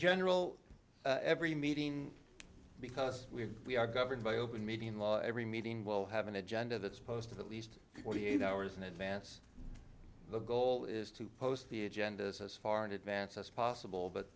general every meeting because we are governed by open meeting law every meeting will have an agenda that's posted at least forty eight hours in advance the goal is to post the agendas as far in advance as possible but